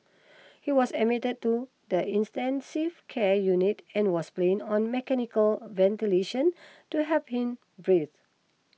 he was admitted to the intensive care unit and was plan on mechanical ventilation to help him breathe